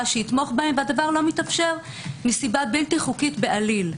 שיתמוך בהם והדבר לא מתאפשר מסיבה בלתי חוקית בעליל.